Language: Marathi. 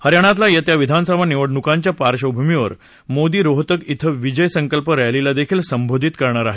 हरियाणातल्या येत्या विधानसभा निवडणुकांच्या पार्बभूमीवर मोदी रोहतक इथ विजय संकल्प रॅलीलादेखील संबोधित करणार आहेत